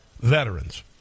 veterans